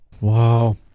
Wow